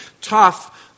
tough